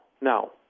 no